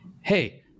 Hey